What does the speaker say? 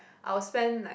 I will spend like